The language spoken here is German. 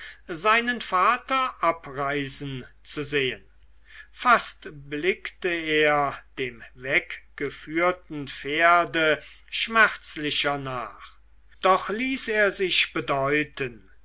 seinen vater abreisen zu sehen fast blickte er dem weggeführten pferde schmerzlicher nach doch ließ er sich bedeuten